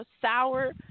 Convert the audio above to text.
sour